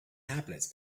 tablets